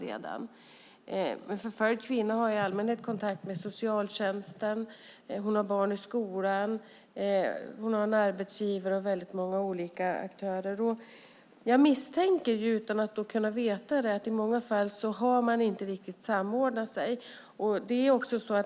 En förföljd kvinna har i allmänhet kontakt med socialtjänsten, hon har barn i skolan, hon har en arbetsgivare och hon har många olika aktörer omkring sig. Jag misstänker, utan att kunna veta det, att man i många fall inte riktigt samordnat sig.